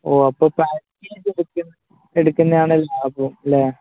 ഓ അപ്പോള് പാക്കേജ് എടുക്കുന്നതാണ് ലാഭമല്ലേ